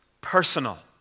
personal